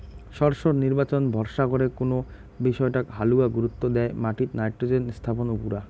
শস্যর নির্বাচন ভরসা করে কুন বিষয়টাক হালুয়া গুরুত্ব দ্যায় মাটিত নাইট্রোজেন স্থাপন উপুরা